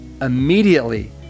immediately